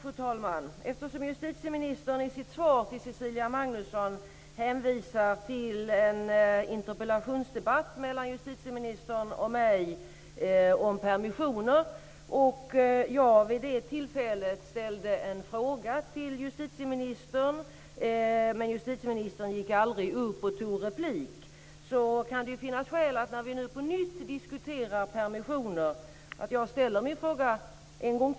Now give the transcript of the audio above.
Fru talman! Eftersom justitieministern i sitt svar till Cecilia Magnusson hänvisar till en interpellationsdebatt mellan justitieministern och mig om permissioner och jag vid det tillfället ställde en fråga till justitieministern, och eftersom justitieministern aldrig gick upp och tog replik, kan det finnas skäl för mig att ställa min fråga en gång till när vi nu på nytt diskuterar permissioner.